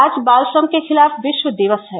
आज बाल श्रम के खिलाफ विश्व दिवस है